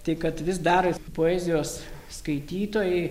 tai kad vis darės poezijos skaitytojai